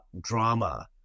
drama